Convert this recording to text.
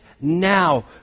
now